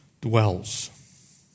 dwells